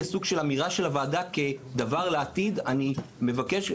סוג של אמירה של הוועדה כדבר לעתיד אני מבקש,